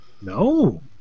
No